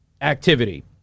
activity